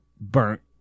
burnt